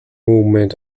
movement